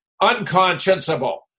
unconscionable